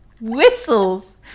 Whistles